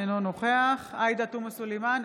אינו נוכח עאידה תומא סלימאן,